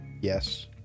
Yes